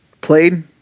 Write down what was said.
played